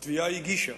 התביעה הגישה,